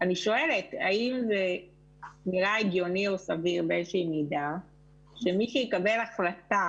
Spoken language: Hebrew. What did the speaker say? אני שואלת האם זה נראה הגיוני או סביר באיזושהי מידה שמי שיקבל החלטה